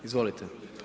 Izvolite.